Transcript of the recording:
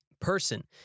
person